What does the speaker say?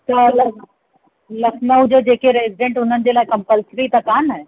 त ल लखनऊ जा जेके रेसिडेंट हुननि जे लाइ कंपलसरी त कोन्ह आहे